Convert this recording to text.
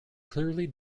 clearly